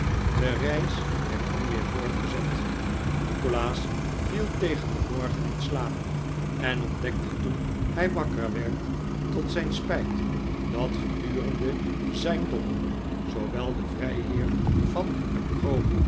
de reis werd nu weer voortgezet nikolaas viel tegen den morgen in slaap en ontdekte toen hij wakker werd tot zijn spijt dat gedurende zijn dommel zoowel de vrijheer van